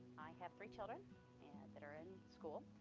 have three children that are in school,